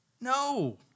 No